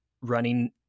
running